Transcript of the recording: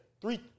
three